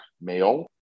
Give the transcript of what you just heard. male